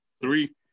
Three